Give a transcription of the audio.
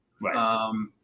right